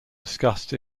discussed